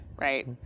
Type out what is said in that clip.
right